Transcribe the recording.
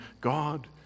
God